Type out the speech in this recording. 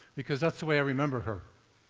because that's the way i remember her.